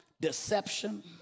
deception